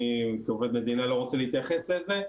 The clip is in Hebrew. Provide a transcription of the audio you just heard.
אני כעובד מדינה לא רוצה להתייחס לזה,